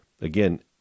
again